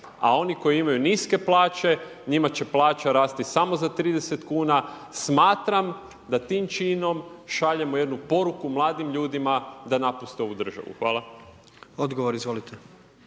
a oni koji imaju niske plaće njima će plaća rasti samo za 30 kuna. Smatram da tim činom šaljemo jednu poruku mladim ljudima da napuste ovu državu. Hvala. **Jandroković,